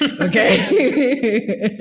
Okay